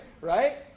Right